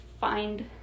find